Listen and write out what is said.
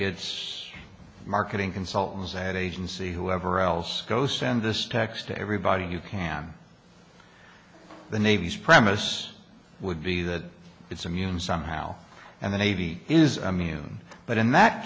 its marketing consultants that agency whoever else goes and this text to everybody you can the navy's premise would be that it's immune somehow and the navy is immune but in that